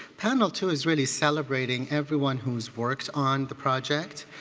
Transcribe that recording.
panel two is really celebrating everyone who's worked on the project.